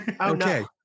okay